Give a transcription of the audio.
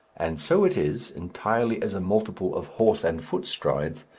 and so it is, entirely as a multiple of horse and foot strides,